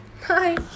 hi